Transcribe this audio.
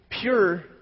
pure